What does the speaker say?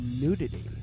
nudity